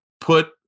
put